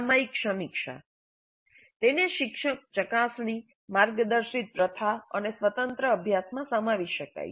સામયિક સમીક્ષા તેને શિક્ષક ચકાસણી માર્ગદર્શિત પ્રથા અને સ્વતંત્ર અભ્યાસમાં સમાવી શકાય છે